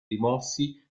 rimossi